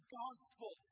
gospel